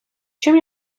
чим